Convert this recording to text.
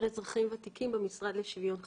אזרחים ותיקים במשרד לשוויון חברתי.